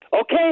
Okay